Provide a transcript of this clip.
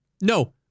No